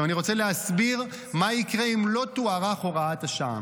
אני רוצה להסביר מה יקרה אם לא תוארך הוראת השעה.